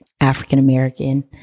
African-American